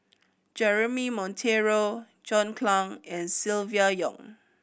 Jeremy Monteiro John Clang and Silvia Yong